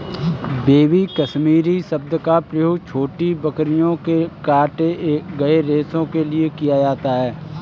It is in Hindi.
बेबी कश्मीरी शब्द का प्रयोग छोटी बकरियों के काटे गए रेशो के लिए किया जाता है